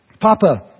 Papa